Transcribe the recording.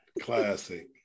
Classic